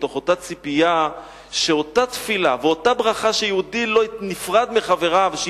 מתוך אותה ציפייה שאותה תפילה ואותה ברכה שיהודי לא נפרד מחבריו בלעדיה,